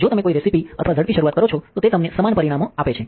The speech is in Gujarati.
જો તમે કોઈ રેસીપી અથવા ઝડપી શરૂઆત કરો છો તો તે તમને સમાન પરિણામો આપે છે